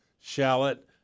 shallot